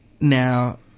Now